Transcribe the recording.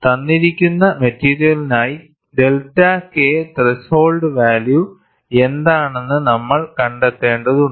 തന്നിരിക്കുന്ന മെറ്റീരിയലിനായി delta K threshold value എന്താണെന്ന് നമ്മൾ കണ്ടെത്തേണ്ടതുണ്ട്